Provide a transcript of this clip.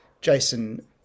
Jason